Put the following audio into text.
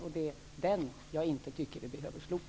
Det är den som jag tycker att vi inte behöver slopa.